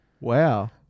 Wow